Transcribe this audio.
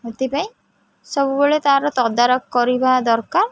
ସେଥିପାଇଁ ସବୁବେଳେ ତାର ତଦାରଖ କରିବା ଦରକାର